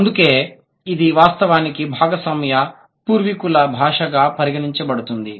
అందుకే ఇది వాస్తవానికి భాగస్వామ్య పూర్వీకుల భాషగా పరిగణించబడుతుంది